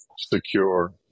secure